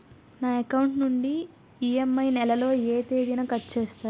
నా అకౌంట్ నుండి ఇ.ఎం.ఐ నెల లో ఏ తేదీన కట్ చేస్తారు?